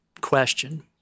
question